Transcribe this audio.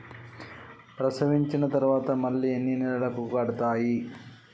ప్రసవించిన తర్వాత మళ్ళీ ఎన్ని నెలలకు కడతాయి?